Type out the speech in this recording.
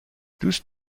دوست